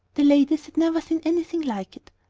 the ladies had never seen anything like it.